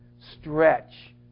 Stretch